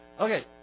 Okay